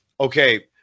okay